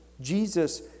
Jesus